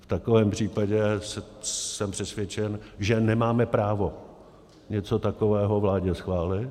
V takovém případě jsem přesvědčen, že nemáme právo něco takového vládě schválit.